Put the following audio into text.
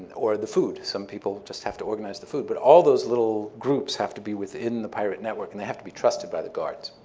or the food some people just have to organize the food but all those little groups have to be within the pirate network and they have to be trusted by the guards.